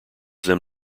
them